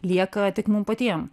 lieka tik mum patiem